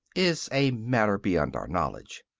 is a matter beyond our knowledge.